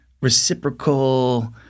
reciprocal